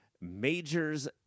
major's